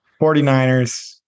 49ers